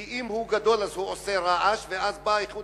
כי אם הוא גדול הוא עושה רעש ואז באה איכות